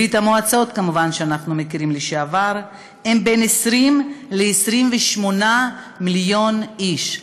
ברית המועצות לשעבר, בין 20 ל-28 מיליון איש.